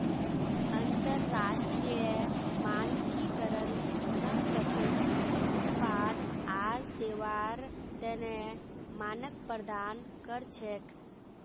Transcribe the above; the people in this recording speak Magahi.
अंतरराष्ट्रीय मानकीकरण संगठन उत्पाद आर सेवार तने मानक प्रदान कर छेक